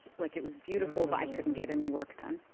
like, it was beautiful, but i couldn't get any work done?